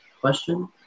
Question